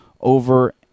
over